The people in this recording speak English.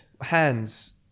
Hands